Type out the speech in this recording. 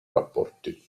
rapporti